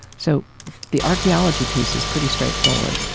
so the archeology piece is pretty straightforward.